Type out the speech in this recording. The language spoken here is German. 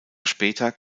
später